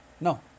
No